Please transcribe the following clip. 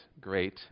great